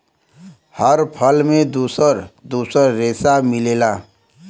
हर फल में दुसर दुसर रेसा मिलेला